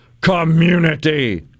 community